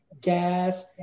gas